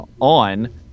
on